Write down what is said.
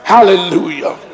Hallelujah